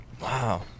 Wow